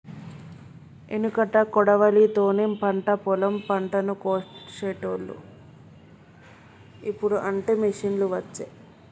ఎనుకట కొడవలి తోనే పంట పొలం పంటను కోశేటోళ్లు, ఇప్పుడు అంటే మిషిండ్లు వచ్చే